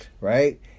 Right